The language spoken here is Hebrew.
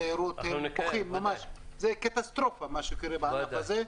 זה קטסטרופה מה שקורה בענף הזה.